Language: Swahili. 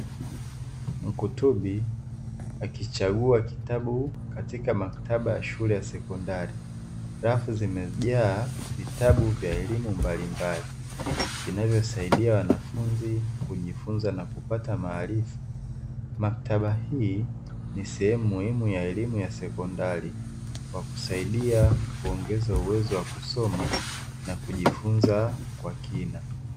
Mkutubi akichagua kitabu katika maktaba ya shule ya sekondari. Rafu zimejaa vitabu vya elimu mbalimbali vinavyosaidia wanafunzi kujifunza na kupata maarifa. Maktaba hii ni sehemu muhimu ya elimu ya sekondari kwa kusaidia kuongeza uwezo wa kusoma na kujifunza kwa kina.